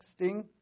texting